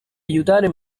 aiutare